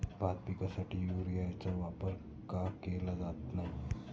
भात पिकासाठी युरियाचा वापर का केला जात नाही?